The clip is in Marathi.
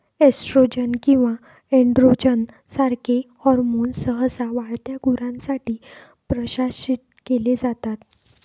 एस्ट्रोजन किंवा एनड्रोजन सारखे हॉर्मोन्स सहसा वाढत्या गुरांसाठी प्रशासित केले जातात